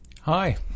Hi